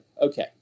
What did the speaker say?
okay